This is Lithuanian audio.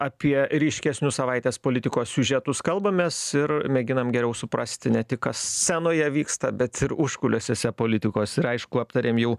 apie ryškesnius savaitės politikos siužetus kalbamės ir mėginam geriau suprasti ne tik kas scenoje vyksta bet ir užkulisiuose politikos ir aišku aptarėm jau